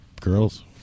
girls